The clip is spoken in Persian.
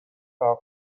خلق